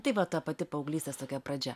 tai va ta pati paauglystės tokia pradžia